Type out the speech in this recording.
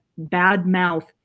badmouth